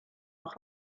noch